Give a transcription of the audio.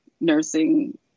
nursing